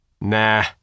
Nah